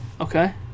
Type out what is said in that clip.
Okay